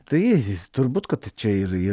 tai turbūt kad čia ir ir